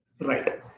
Right